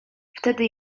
wtedy